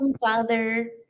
Father